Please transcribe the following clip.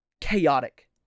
chaotic